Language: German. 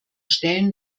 stellen